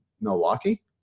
Milwaukee